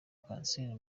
kanseri